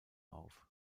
auf